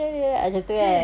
ya